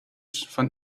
fand